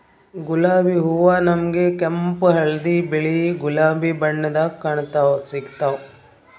ಗುಲಾಬಿ ಹೂವಾ ನಮ್ಗ್ ಕೆಂಪ್ ಹಳ್ದಿ ಬಿಳಿ ಗುಲಾಬಿ ಬಣ್ಣದಾಗ್ ಸಿಗ್ತಾವ್